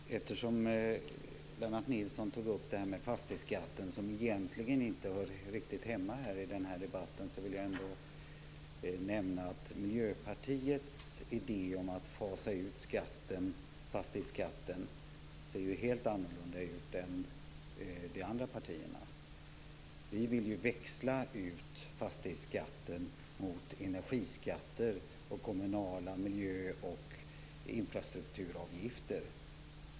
Fru talman! Eftersom Lennart Nilsson tog upp frågan om fastighetsskatten, som egentligen inte hör hemma i den här debatten, vill jag nämna att Miljöpartiets idé om att fasa ut fastighetsskatten ser helt annorlunda ut än de andra partiernas. Vi vill ju växla ut fastighetsskatten mot energiskatter och kommunala miljö och infrastrukturavgifter.